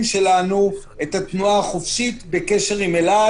שלנו את התנועה החופשית בקשר עם אילת.